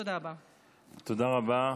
תודה רבה.